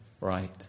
right